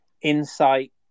insight